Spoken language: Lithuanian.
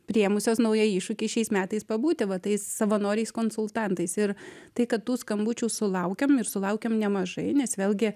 priėmusios naują iššūkį šiais metais pabūti va tais savanoriais konsultantais ir tai kad tų skambučių sulaukiam ir sulaukiam nemažai nes vėlgi